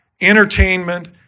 entertainment